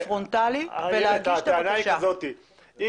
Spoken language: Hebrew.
פרונטלית ולהגיש את הבקשדה.